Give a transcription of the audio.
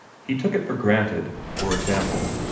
he took it for granted, for example,